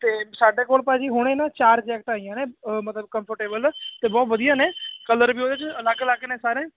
ਤੇ ਸਾਡੇ ਕੋਲ ਭਾਅ ਜੀ ਹੁਣੇ ਨਾ ਚਾਰ ਜੈਕਟ ਆਈਆਂ ਨੇ ਮਤਲਬ ਕੰਫਰਟੇਬਲ ਤੇ ਬਹੁਤ ਵਧੀਆ ਨੇ ਕਲਰ ਵੀ ਉਹਦੇ ਚ ਅਲੱਗ ਅਲੱਗ ਨੇ ਸਾਰੇ